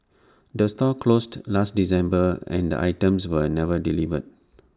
the store closed last December and the items were never delivered